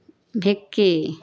vicky